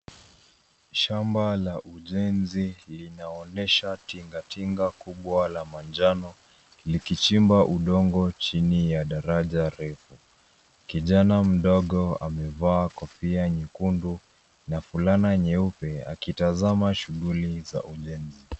Shamba la ujenzi linaonyesha tingatinga kubwa la manjano likichimba udongo chini ya daraja refu. Kijana mdogo amevaa kofia nyekundu na fulana nyeupe akitazama shughuli za ujenzi.